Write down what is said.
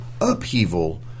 upheaval